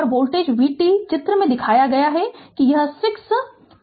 और voltage v t चित्र 5 में दिखाया गया है यह 6 b